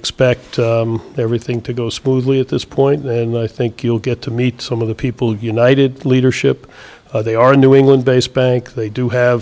expect everything to go smoothly at this point and i think you'll get to meet some of the people united leadership they are new england based bank they do have